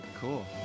Cool